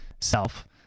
self